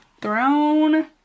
Throne